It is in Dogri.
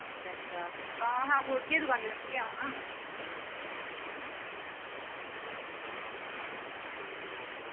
अच्छा अच्छा तां असें कोह्दियै दुकानै उप्पर जाना